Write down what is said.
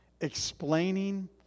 explaining